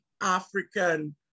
African